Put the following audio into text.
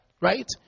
Right